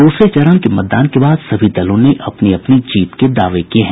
द्रसरे चरण के मतदान के बाद सभी दलों ने अपनी अपनी जीत के दावे किये हैं